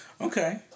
Okay